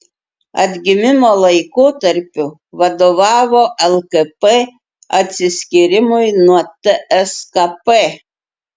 atgimimo laikotarpiu vadovavo lkp atsiskyrimui nuo tskp